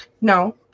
no